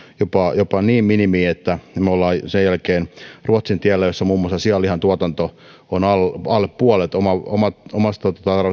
jopa jopa niin minimiin että me olemme sen jälkeen ruotsin tiellä missä muun muassa sianlihan tuotanto on alle alle puolet omasta